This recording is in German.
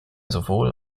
sowohl